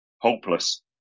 hopeless